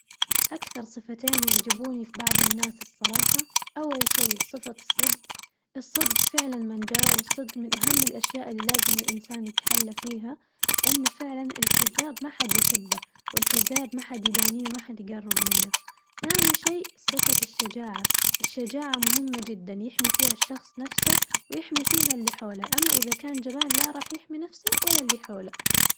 أكثر صفتين يعجبوني في بعظ الناس الصراحة أول شي صفة الصدق، الصدق فعلاً منجاة والصدق من أهم الأشياء اللي لازم الإنسان يتحلى فيها، لأنه فعلاً الكذاب ما حد يحبه والكذاب ما حد يدانيه وما حد يقرب منه، ثاني شي صفة الشجاعة الشجاعة مهمة جداً يحمي فيها الشخص نفسه ويحمي فيها اللي حوله، أما إذا كان جبان لا راح يحمي نفسه ولا اللي حوله.